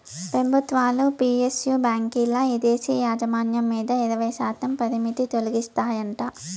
పెబుత్వాలు పి.ఎస్.యు బాంకీల్ల ఇదేశీ యాజమాన్యం మీద ఇరవైశాతం పరిమితి తొలగిస్తాయంట